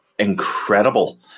incredible